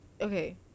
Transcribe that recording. Okay